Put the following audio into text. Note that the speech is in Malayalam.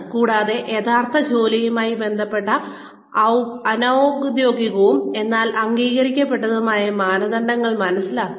കൂടാതെ യഥാർത്ഥ ജോലിയുമായി ബന്ധപ്പെട്ട അനൌദ്യോഗികവും എന്നാൽ അംഗീകരിക്കപ്പെട്ടതുമായ മാനദണ്ഡങ്ങൾ മനസ്സിലാക്കുക